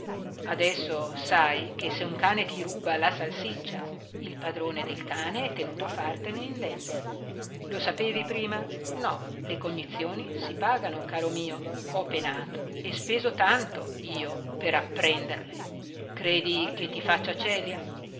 adesso sai che se un cane ti ruba la salsiccia il padrone del cane è tenuto a fartene indenne lo sapevi prima no le cognizioni si pagano caro mio ho penato e speso tanto io per apprenderle credi che ti faccia celia